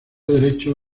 derecho